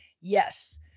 yes